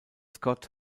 scott